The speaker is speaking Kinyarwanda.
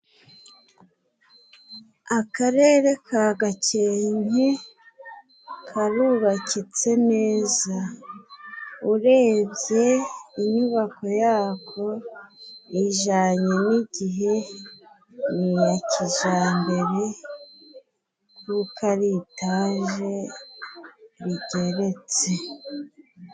Akarere ka Gakenke karubakitse neza, urebye inyubako yako ijanye n' igihe. Ni iya kijambere kuko ari etaje igeretse.